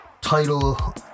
title